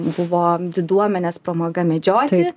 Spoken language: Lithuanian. buvo diduomenės pramoga medžioti